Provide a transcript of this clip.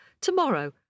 tomorrow